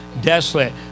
desolate